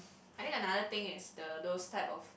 I think another thing is the those type of